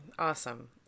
Awesome